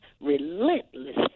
relentless